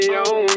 on